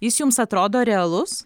jis jums atrodo realus